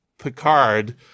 Picard